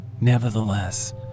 Nevertheless